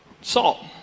salt